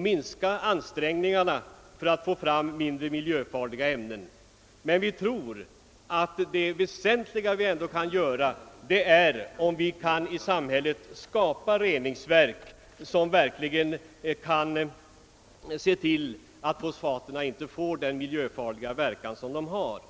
minska ansträngningarna för att få fram mindre miljöfarliga ämnen, men vi tror att det väsentliga vi kan göra är att se till att samhället skapar reningsverk som gör att fosfaterna inte får den miljöfarliga verkan de nu har.